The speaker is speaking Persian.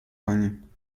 کنیم